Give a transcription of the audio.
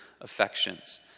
affections